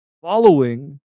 following